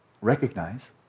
recognize